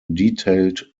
detailed